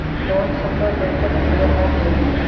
Loan सबला बैंकोत मिलोहो होबे?